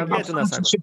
tikėtina sakot